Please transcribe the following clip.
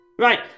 Right